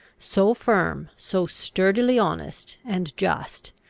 so firm, so sturdily honest and just,